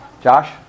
Josh